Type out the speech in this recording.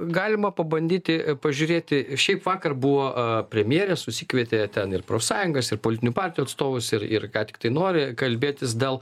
galima pabandyti pažiūrėti ir šiaip vakar buvo premjerė susikvietė ten ir profsąjungas ir politinių partijų atstovus ir ir ką tiktai nori kalbėtis dėl